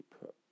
put